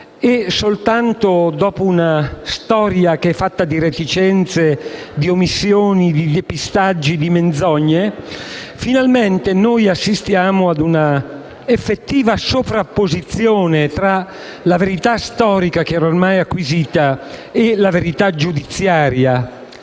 e soltanto dopo una storia fatta di reticenze, omissioni, depistaggi e menzogne, finalmente assistiamo a un'effettiva sovrapposizione fra la verità storica, che era ormai acquisita, e quella giudiziaria.